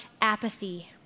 apathy